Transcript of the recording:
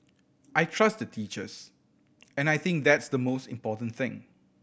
I trust the teachers and I think that's the most important thing